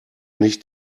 nicht